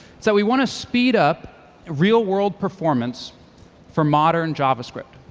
so we want to speed up real world performance for modern javascript,